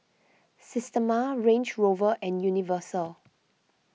Systema Range Rover and Universal